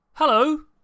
Hello